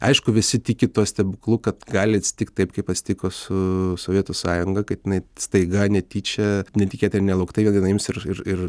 aišku visi tiki tuo stebuklu kad gali atsitikti taip kaip atsitiko su sovietų sąjunga kad jinai staiga netyčia netikėtai ir nelauktai vieną dieną ims ir ir ir